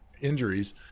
injuries